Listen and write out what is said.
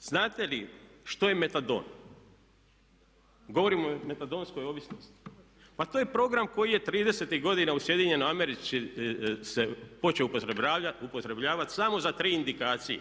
Znate li što je metadon? Govorim o metadonskoj ovisnosti. Pa to je program koji je tridesetih godina u SAD-u se počeo upotrebljavati samo za 3 indikacije.